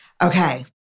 Okay